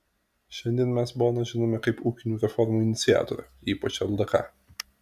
šiandien mes boną žinome kaip ūkinių reformų iniciatorę ypač ldk